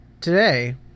today